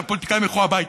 שהפוליטיקאים ילכו הביתה.